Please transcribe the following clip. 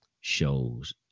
shows